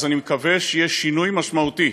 אז אני מקווה שיהיה שינוי משמעותי,